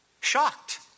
Shocked